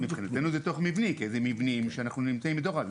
מבחינתנו זה תוך מבני כי זה מבנים שאנחנו נמצאים בתוכם.